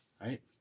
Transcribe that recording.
right